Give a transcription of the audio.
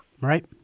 Right